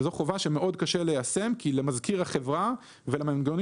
זאת חובה שמאוד קשה ליישם כי למזכיר החברה ולמנגנונים